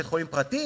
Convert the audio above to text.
בית-חולים פרטי?